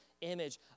image